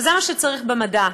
וזה מה שצריך במדע.